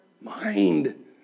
Mind